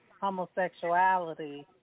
homosexuality